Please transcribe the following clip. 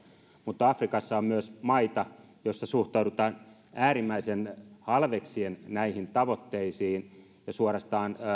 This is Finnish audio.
mutta afrikassa on myös maita joissa suhtaudutaan äärimmäisen halveksien näihin tavoitteisiin ja suorastaan